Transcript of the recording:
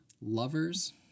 lovers